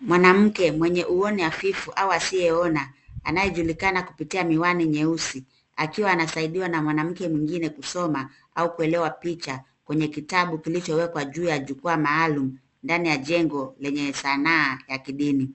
Mwanamke mwenye uoni hafifu au asiyeona, anayejulikana kupitia miwani nyeusi, akiwa anasaidiwa na mwanamke mwingine kusoma, au kuelewa picha, kwenye kitabu kilichowekwa juu ya jukwaa maalum, ndani ya jengo lenye sanaa ya kidini.